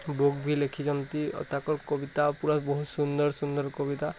book ବି ଲେଖିଛନ୍ତି ଓ ତାଙ୍କ କବିତା ପୁରା ବହୁତ ସୁନ୍ଦର ସୁନ୍ଦର କବିତା